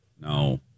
No